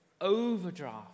overdraft